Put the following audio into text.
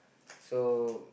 so